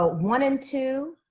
ah one. and two,